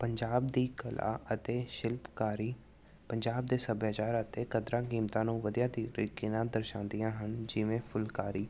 ਪੰਜਾਬ ਦੀ ਕਲਾ ਅਤੇ ਸ਼ਿਲਪਕਾਰੀ ਪੰਜਾਬ ਦੇ ਸੱਭਿਆਚਾਰ ਅਤੇ ਕਦਰਾਂ ਕੀਮਤਾਂ ਨੂੰ ਵਧੀਆ ਤੀ ਤਰੀਕੇ ਨਾਲ ਦਰਸਾਉਂਦੀਆਂ ਹਨ ਜਿਵੇਂ ਫੁਲਕਾਰੀ